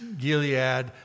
Gilead